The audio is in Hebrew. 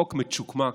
חוק מצ'וקמק,